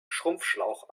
schrumpfschlauch